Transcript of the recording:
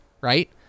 right